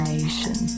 Nation